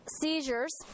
Seizures